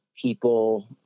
people